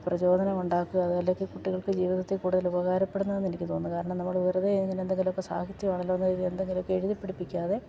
പ്രചോദനം ഉണ്ടാക്കുക അതല്ലെങ്കിൽ കുട്ടികൾക്ക് ജീവിതത്തിൽ കൂടുതൽ ഉപകാരപ്പെടുന്നതിന് എനിക്ക് തോന്നുന്നു കാരണം നമ്മൾ വെറുതെ ഇങ്ങനെ എന്തെങ്കിലുമൊക്കെ സാഹിത്യമാണല്ലോയെന്ന് കരുതി എന്തെങ്കിലുമൊക്കെ എഴുതിപ്പിടിപ്പിക്കാതെ